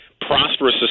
prosperous